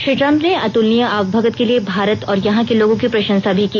Shri Trump ने अतुलनीय आवभगत के लिए भारत और यहां के लोगों की प्रशंसा की